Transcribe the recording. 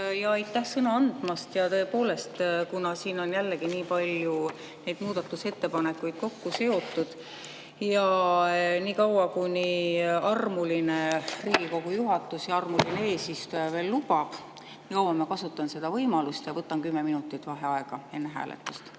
Jaa, aitäh sõna andmast! Tõepoolest, kuna siin on jällegi nii palju neid muudatusettepanekuid kokku seotud ja niikaua, kuni armuline Riigikogu juhatus ja armuline eesistuja veel lubab, ma kasutan seda võimalust ja võtan 10 minutit vaheaega enne hääletust.